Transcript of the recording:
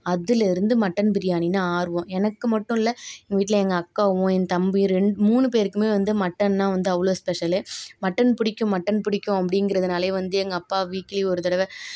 அதிலருந்து மட்டன் பிரியாணினால் ஆர்வம் எனக்கு மட்டும் இல்லை எங்கள் வீட்டில் எங்கள் அக்காவும் என் தம்பி ரெண் மூணு பேருக்குமே வந்து மட்டன்னால் வந்து அவ்வளோ ஸ்பெஷலு மட்டன் பிடிக்கும் மட்டன் பிடிக்கும் அப்படிங்கிறதுனாலே வந்து எங்கப்பா வீக்லி ஒரு தடவை